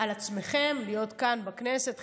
לקחתם על עצמכם להיות כאן בכנסת,